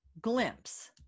glimpse